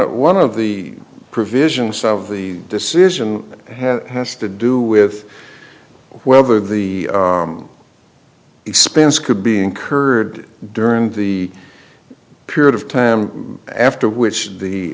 f one of the provisions of the decision that has to do with whether the expense could be incurred during the period of time after which